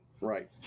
right